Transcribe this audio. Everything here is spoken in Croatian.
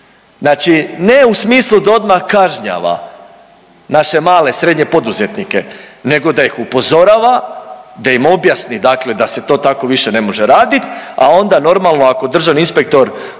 znači ne u smislu da odmah kažnjava naše male, srednje poduzetnike, nego da ih upozorava, da im objasni, dakle, da se to tako više ne može raditi, a onda, normalno, ako državni inspektor